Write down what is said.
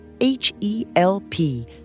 H-E-L-P